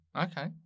Okay